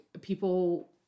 people